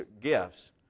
gifts